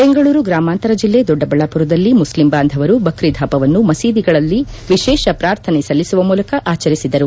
ಬೆಂಗಳೂರು ಗ್ರಾಮಾಂತರ ಜಿಲ್ಲ ದೊಡ್ಡಬಳ್ಳಾಪುರದಲ್ಲಿ ಮುಖ್ಲಂ ಬಾಂಧವರು ಬಕ್ರೀದ್ ಹಬ್ಬವನ್ನು ಮಸೀದಿಗಳಲ್ಲಿ ವಿಶೇಷ ಪಾರ್ಥನೆ ಸಲ್ಲಿಸುವ ಮೂಲಕ ಆಚರಿಸಿದರು